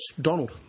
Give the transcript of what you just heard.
Donald